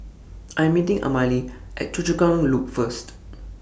I'm meeting Amalie At Choa Chu Kang Loop First